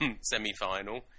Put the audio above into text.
semi-final